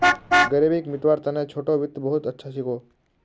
ग़रीबीक मितव्वार तने छोटो वित्त बहुत अच्छा छिको